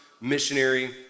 missionary